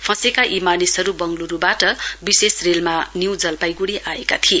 फँसेका यी मानिसहरू बगंलुरूबाट विशेष रेलमा न्यु जलपाईगुडी आएका थिए